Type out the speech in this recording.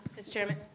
mr. chairman.